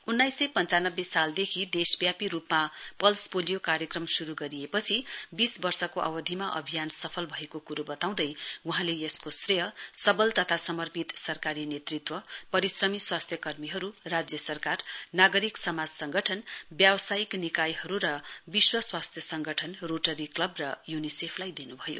उन्नाइस सय पञ्चानब्बे सालदेखि देशव्यापी रुपमा पल्स पोलियो कार्यक्रम शरु गरिएपछि बीस वर्षको अवधिमा अभियान सफल भएको कुरो बताउँदै वहाँले यसको श्रेय सबल र समर्पित सरकारी नेतृत्व परिश्रमी स्वास्थ्य कर्मीहरु राज्य सरकार नागरिक समाज संगठन व्यावसायिक निकायहरु विश्व स्वास्थ्य संगठन रोटरी क्लब र युनिसेफलाई दिनुभयो